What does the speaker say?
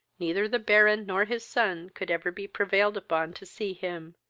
neither the baron nor his son could ever be prevailed upon to see him,